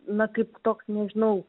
na kaip toks nežinau